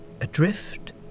Adrift